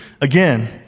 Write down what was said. again